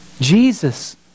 Jesus